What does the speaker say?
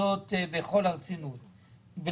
אני